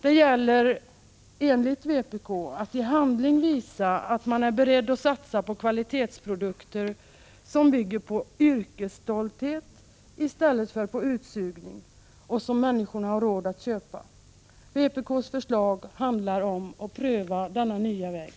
Det gäller enligt vpk:s uppfattning att i handling visa att man är beredd att satsa på kvalitetsprodukter som bygger på yrkesstolthet, i stället för på utsugning, och som människorna har råd att köpa. Vpk:s förslag handlar om att pröva denna nya väg.